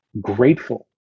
grateful